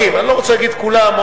אני לא רוצה להגיד "כולם",